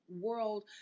world